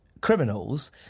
criminals